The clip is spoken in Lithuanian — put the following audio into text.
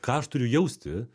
ką aš turiu jausti